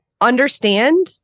understand